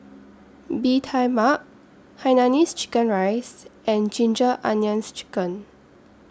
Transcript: Bee Tai Mak Hainanese Chicken Rice and Ginger Onions Chicken